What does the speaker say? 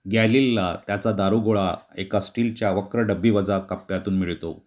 गॅलिलला त्याचा दारुगोळा एका स्टीलच्या वक्र डब्बीवजा कप्प्यातून मिळतो